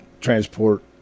transport